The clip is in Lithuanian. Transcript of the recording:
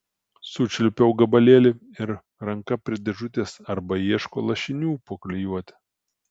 sučiulpiau gabalėlį ir ranka prie dėžutės arba ieško lašinių po klijuotę